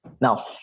Now